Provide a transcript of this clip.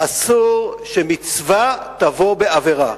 אסור שמצווה תבוא בעבירה.